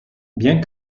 bien